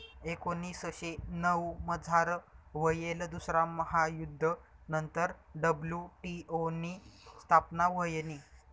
एकोनीसशे नऊमझार व्हयेल दुसरा महायुध्द नंतर डब्ल्यू.टी.ओ नी स्थापना व्हयनी